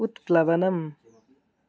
उत्प्लवनम्